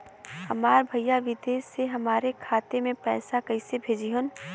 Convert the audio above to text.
हमार भईया विदेश से हमारे खाता में पैसा कैसे भेजिह्न्न?